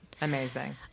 Amazing